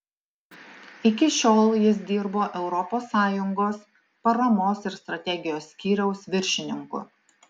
iki šiol jis dirbo europos sąjungos paramos ir strategijos skyriaus viršininku